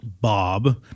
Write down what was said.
Bob